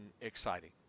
exciting